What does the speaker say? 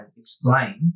explain